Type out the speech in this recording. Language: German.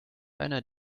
einer